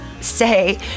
say